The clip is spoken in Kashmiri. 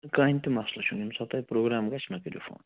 کٔہٕنۍ تہِ مسلہٕ چھُنہٕ ییٚمہِ ساتہٕ تۄہہِ پرٛوگرام گژھِ مےٚ کٔرِو فون